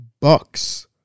Bucks